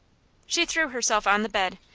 she threw herself on the bed,